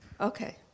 Okay